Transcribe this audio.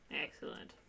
Excellent